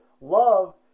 Love